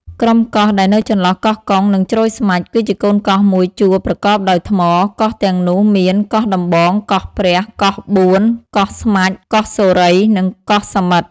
ក្រុមកោះដែលនៅចន្លោះកោះកុង និងជ្រោយស្មាច់ គឺជាកូនកោះមួយជួរប្រកបដោយថ្ម កោះទាំងនោះមាន កោះដំបង កោះព្រះ កោះបួន កោះ ស្មាច់ កោះសូរី និងកោះសាមិត ។